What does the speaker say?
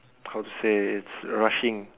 how to say it's rushing